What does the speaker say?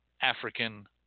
African